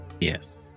Yes